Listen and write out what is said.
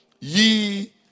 ye